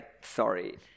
sorry